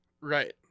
right